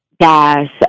Gas